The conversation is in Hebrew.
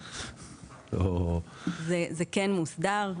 זה כן מוסדר,